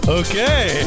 okay